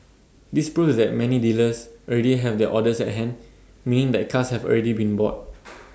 this proves that many dealers already have their orders at hand meaning that cars have already been bought